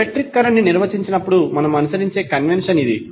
electric current ని నిర్వచించినపుడు మనం అనుసరించే కన్వెన్షన్ ఇది